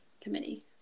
committee